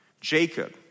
Jacob